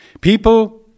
People